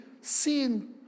seen